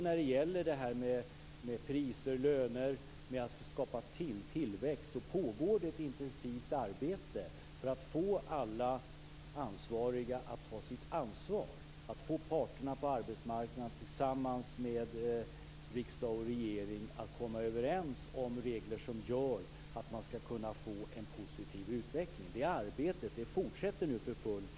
När det gäller priser, löner och att skapa tillväxt så vet Holger Gustafsson också att det pågår ett intensivt arbete för att få alla ansvariga att ta sitt ansvar, att få parterna på arbetsmarknaden tillsammans med riksdag och regering att komma överens om regler som gör att man skall kunna få en positiv utveckling. Det arbetet fortsätter nu för fullt.